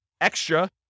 extra